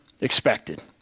expected